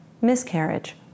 Miscarriage